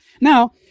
Now